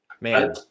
man